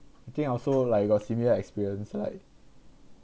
I think I also like got similar experience like